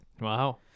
Wow